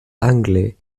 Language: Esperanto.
angle